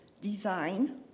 design